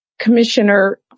commissioner